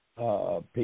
people